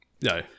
No